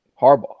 Harbaugh